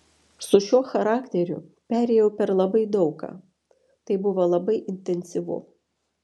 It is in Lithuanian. su šiuo charakteriu perėjau per labai daug ką tai buvo labai intensyvu